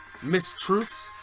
mistruths